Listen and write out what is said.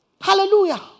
Hallelujah